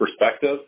perspective